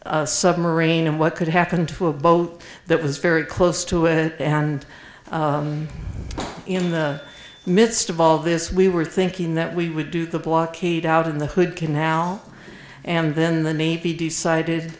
the submarine and what could happen to a boat that was very close to it and in the midst of all this we were thinking that we would do the blockade out in the hood canal and then the navy decided